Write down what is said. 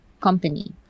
company